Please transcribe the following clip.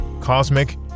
Cosmic